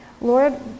lord